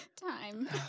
Time